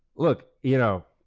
look, you know,